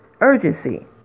Urgency